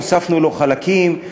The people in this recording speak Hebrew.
הוספנו לו חלקים,